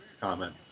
Comment